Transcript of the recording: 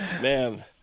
Man